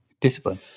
discipline